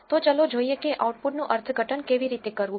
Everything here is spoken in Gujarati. તો ચાલો જોઈએ કે આઉટપુટનું અર્થઘટન કેવી રીતે કરવું